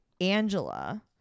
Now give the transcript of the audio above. Angela